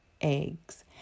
eggs